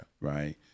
right